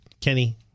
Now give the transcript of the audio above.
Kenny